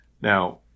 Now